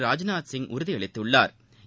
Rajnath Singh உறுதியளித்துள்ளாா்